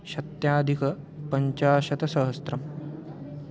शत्याधिकं पञ्चाशत्सहस्रम्